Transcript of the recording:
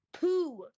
Poo